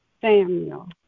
Samuel